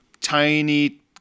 tiny